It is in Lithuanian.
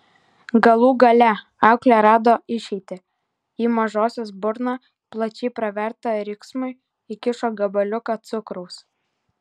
galų gale auklė rado išeitį į mažosios burną plačiai pravertą riksmui įkišo gabaliuką cukraus